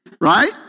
right